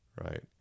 right